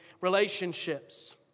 relationships